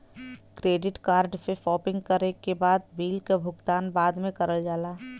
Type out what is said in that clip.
credit card से shopping करे के बाद बिल क भुगतान बाद में करल जाला